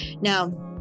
Now